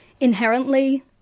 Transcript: inherently